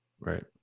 right